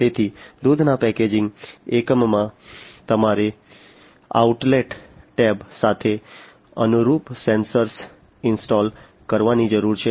તેથી દૂધના પેકેજિંગ એકમમાં તમારે આઉટલેટ ટેબ સાથે અનુરૂપ સેન્સર્સ ઇન્સ્ટોલ કરવાની જરૂર છે